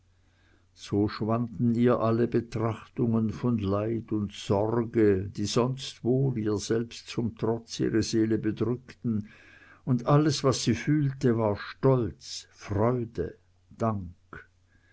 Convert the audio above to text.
so schwanden ihr alle betrachtungen von leid und sorge die sonst wohl ihr selbst zum trotz ihre seele bedrückten und alles was sie fühlte war stolz freude dank